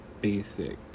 basic